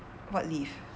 what lift